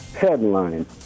Headline